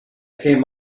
came